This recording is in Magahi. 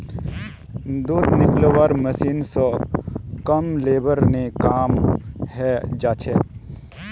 दूध निकलौव्वार मशीन स कम लेबर ने काम हैं जाछेक